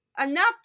enough